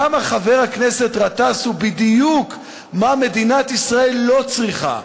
כמה חבר הכנסת גטאס הוא בדיוק מה שמדינת ישראל לא צריכה,